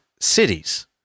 Cities